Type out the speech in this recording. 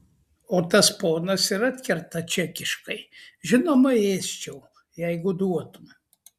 o tas ponas ir atkerta čekiškai žinoma ėsčiau jeigu duotum